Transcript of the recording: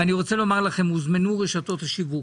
ואני רוצה לומר לכם, הוזמנו רשתות השיווק